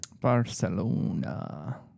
Barcelona